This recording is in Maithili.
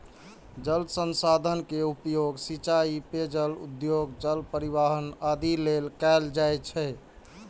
जल संसाधन के उपयोग सिंचाइ, पेयजल, उद्योग, जल परिवहन आदि लेल कैल जाइ छै